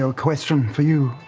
so question for you.